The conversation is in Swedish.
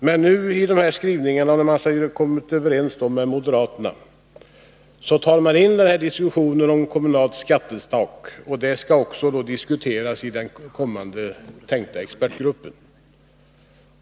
Men i den här skrivningen, sedan de kommit överens med moderaterna, tar de in en diskussion om kommunalt skattetak, och detta skall diskuteras också i den tänkta kommande expertgruppen.